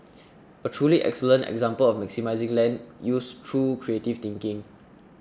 a truly excellent example of maximising land use through creative thinking